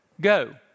go